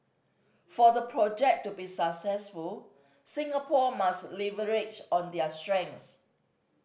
for the project to be successful Singapore must leverage on there strengths